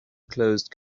closed